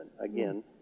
Again